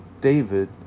David